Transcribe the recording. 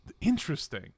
Interesting